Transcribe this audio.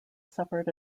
suffered